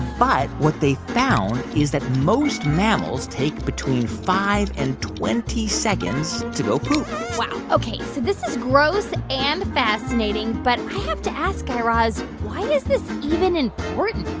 but what they found is that most mammals take between five and twenty seconds to go poop wow, ok. so this is gross and fascinating. but i have to ask, guy raz, why is this even important?